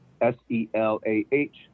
S-E-L-A-H